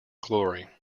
glory